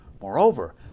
Moreover